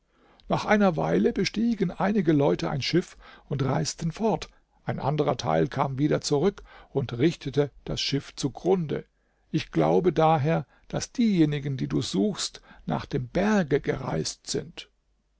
nach einer weile bestiegen einige leute ein schiff und reisten fort ein anderer teil kam wieder zurück und richtete das schiff zu grunde ich glaube daher daß diejenigen die du suchst nach dem berge gereist sind